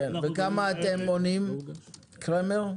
וכמה אתם מונים קרמר?